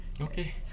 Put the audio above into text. okay